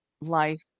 life